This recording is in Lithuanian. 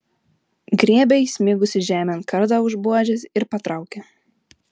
griebia įsmigusį žemėn kardą už buožės ir patraukia